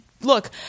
look